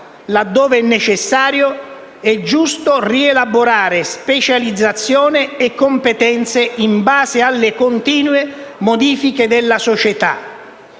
laddove è necessario e giusto rielaborare specializzazione e competenze in base alle continue modifiche della società,